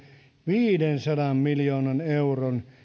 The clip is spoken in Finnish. viidensadan miljoonan euron